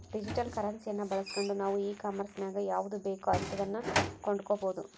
digital ಕರೆನ್ಸಿಯನ್ನ ಬಳಸ್ಗಂಡು ನಾವು ಈ ಕಾಂಮೆರ್ಸಿನಗ ಯಾವುದು ಬೇಕೋ ಅಂತದನ್ನ ಕೊಂಡಕಬೊದು